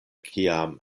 kiam